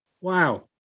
wow